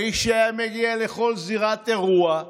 האיש היה מגיע לכל זירת אירוע,